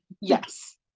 Yes